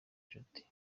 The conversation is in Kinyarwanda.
nshuti